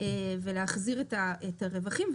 ולהחזיר את הרווחים.